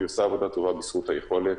והיא עושה עבודה טובה בזכות היכולת